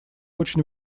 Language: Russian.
очень